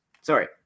sorry